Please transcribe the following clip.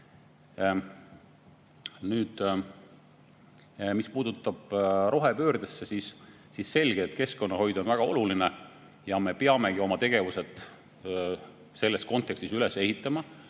Nüüd, mis puutub rohepöördesse, siis on selge, et keskkonnahoid on väga oluline ja me peamegi oma tegevused selles kontekstis üles ehitama.